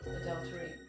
adultery